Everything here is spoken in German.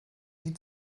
die